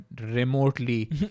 remotely